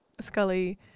Scully